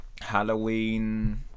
Halloween